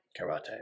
Karate